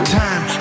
time